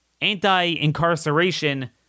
anti-incarceration